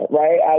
right